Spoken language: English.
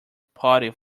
party